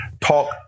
talk